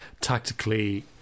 tactically